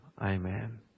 Amen